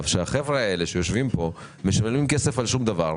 שהחבר'ה האלה שיושבים פה משלמים כסף על שום דבר,